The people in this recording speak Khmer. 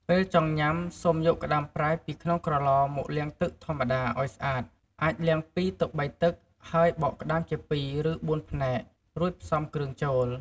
ពេលចង់ញ៉ាំ សូមយកក្តាមប្រៃពីក្នុងក្រឡមកលាងទឹកធម្មតាឲ្យស្អាត អាចលាង ២-៣ ទឹក ហើយបកក្តាមជាពីរ ឬបួនផ្នែក រួចផ្សំគ្រឿងចូល។